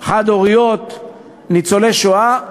חד-הוריות, ניצולי שואה,